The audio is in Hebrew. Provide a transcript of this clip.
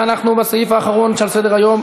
אנחנו בסעיף האחרון שעל סדר-היום,